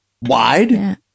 Wide